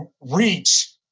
reach